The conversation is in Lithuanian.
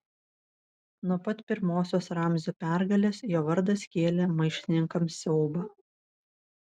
nuo pat pirmosios ramzio pergalės jo vardas kėlė maištininkams siaubą